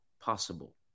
possible